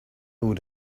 would